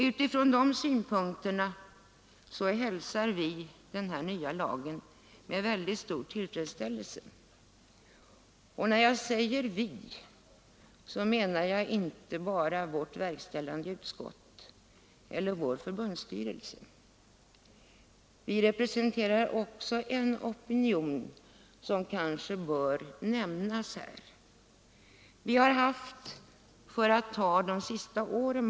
Utifrån de här synpunkterna hälsar vi den nya lagen med stor tillfredsställelse — och när jag säger vi menar 'jag inte bara vårt verkställande utskott eller vår förbundsstyrelse. Vi representerar också en bred opinion, som kanske bör nämnas här; jag skall hålla mig till de allra senaste åren.